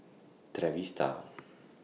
Trevista